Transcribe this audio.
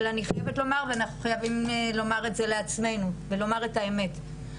אבל אני חייבת לומר ואנחנו חייבים לומר את זה לעצמינו ולומר את האמת,